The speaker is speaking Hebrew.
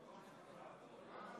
בעד,